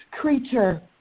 creature